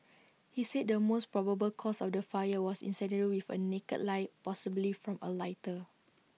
he said the most probable cause of the fire was incendiary with A naked light possibly from A lighter